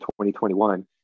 2021